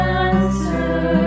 answer